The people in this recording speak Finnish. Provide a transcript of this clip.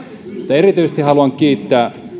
erityisesti haluan kiittää